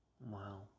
wow